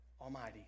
Almighty